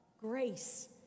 grace